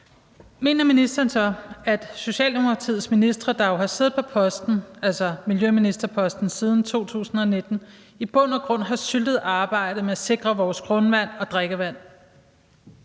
Mener ministeren så, at Socialdemokratiets ministre, der jo har siddet på miljøministerposten siden 2019, i bund og grund har syltet arbejdet med at sikre vores grundvand og drikkevand?